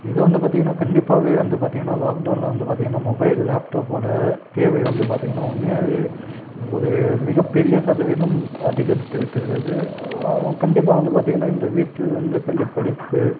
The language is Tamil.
இங்கே வந்து பார்த்திங்கன்னா கண்டிப்பாகவே வந்து பார்த்திங்கன்னா லாக்டவுனில் வந்து பார்த்திங்கன்னா மொபைல் லேப்டாப் ஓட தேவை வந்து பார்த்திங்கன்னா உண்மையாகவே ஒரு மிகப்பெரிய சதவீதம் அதிகரித்துவிட்டிருக்கிறது கண்டிப்பாக வந்து பார்த்திங்கன்னா இந்த வீட்டுலேந்தே பள்ளிப்படிப்பு